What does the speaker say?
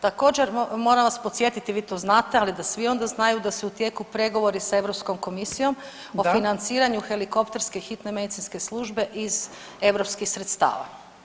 Također moram vas podsjetiti, vi to znate, ali da svi onda znaju da su u tijeku pregovori sa Europskom komisijom o financiranju helikopterske hitne medicinske službe iz europskih sredstava.